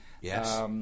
Yes